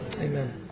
Amen